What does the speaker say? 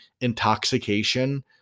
intoxication